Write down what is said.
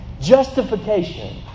justification